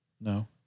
No